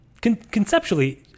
conceptually